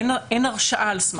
אין הרשעה על סמך הדבר הזה.